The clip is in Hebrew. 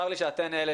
צר לי שאתן אלה